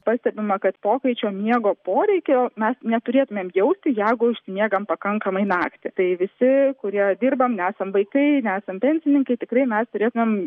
pastebima kad pokaičio miego poreikio mes neturėtumėm jausti jeigu išsimiegam pakankamai naktį tai visi kurie dirbam nesam vaikai nesam pensininkai tikrai mes turėtumėm